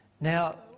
Now